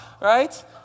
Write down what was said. right